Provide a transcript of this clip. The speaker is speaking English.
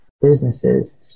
Businesses